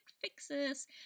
fixes